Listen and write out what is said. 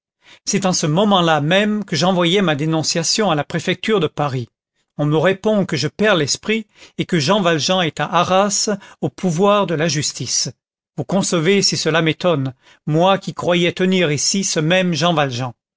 c'est en ce moment-là même que j'envoyais ma dénonciation à la préfecture de paris on me répond que je perds l'esprit et que jean valjean est à arras au pouvoir de la justice vous concevez si cela m'étonne moi qui croyais tenir ici ce même jean valjean